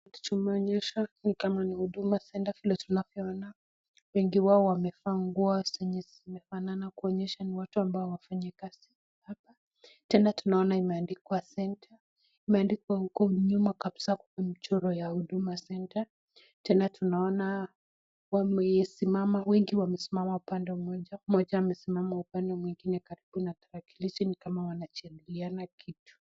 Tumeonyeshwa ni kama ni Huduma Centre. Vile tunavyooana, wengi wao wamevaa nguo zenye zimefanana, kuonyesha ni watu ambao ni wafanyikazi hapa. Tena tunaona imeandikwa centre . Imeandikwa huko nyuma kabisaa, kuna mchoro ya Huduma Centre. Tena tunaona wamesimama, wengi wamesimama upande mmoja, mmoja amesimama upande mwingine karibu na tarakilishi ni kama wanajadiliana kitu.